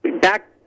back